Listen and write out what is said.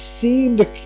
seemed